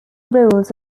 roles